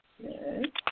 Good